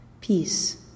Peace